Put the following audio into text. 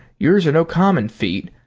yours are no common feet.